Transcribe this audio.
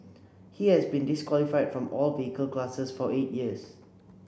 he has been disqualified from all vehicle classes for eight years